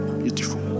beautiful